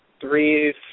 three